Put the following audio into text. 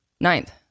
ninth